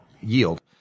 yield